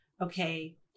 okay